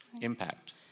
impact